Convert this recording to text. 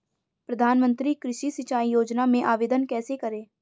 प्रधानमंत्री कृषि सिंचाई योजना में आवेदन कैसे करें?